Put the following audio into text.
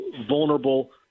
vulnerable